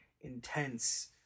intense